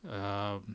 um